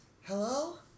Hello